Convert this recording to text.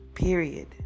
Period